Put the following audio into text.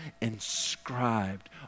inscribed